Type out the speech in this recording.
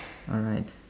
alright